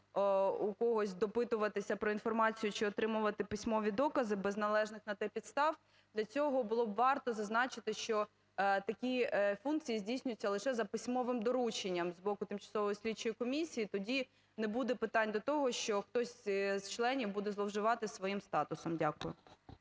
у когось допитуватися про інформацію чи отримувати письмові докази без належних на те підстав, для цього було б варто зазначити, що такі функції здійснюються лише за письмовим дорученням з боку тимчасової слідчої комісії, тоді не буде питань до того, що хтось з членів буде зловживати своїм статусом. Дякую.